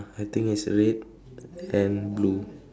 I think it's red and blue